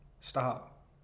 stop